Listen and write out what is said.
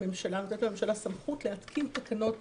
לממשלה סמכות להתקין תקנות